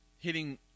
hitting